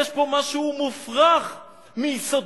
יש פה משהו מופרך מיסודו,